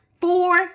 Four